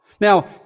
Now